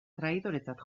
traidoretzat